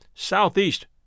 Southeast